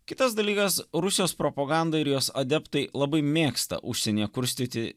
kitas dalykas rusijos propaganda ir jos adeptai labai mėgsta užsienyje kurstyti